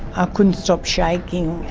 ah couldn't stop shaking,